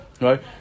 Right